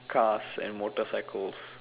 cars and motorcycles